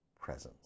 presence